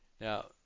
Now